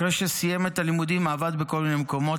אחרי שסיים את הלימודים עבד בכל מיני מקומות,